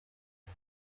ati